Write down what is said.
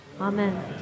Amen